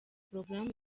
porogaramu